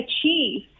achieve